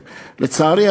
לצערי,